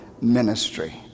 ministry